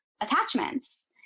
attachments